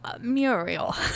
Muriel